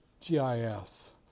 GIS